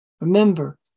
Remember